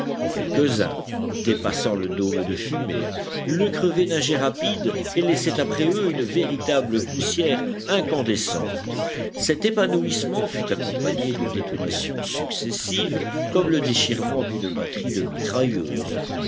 quelques-uns dépassant le dôme de fumée le crevaient d'un jet rapide et laissaient après eux une véritable poussière incandescente cet épanouissement fut accompagné de détonations successives comme le déchirement d'une batterie de mitrailleuses